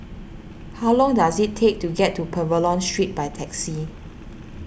how long does it take to get to Pavilion Street by taxi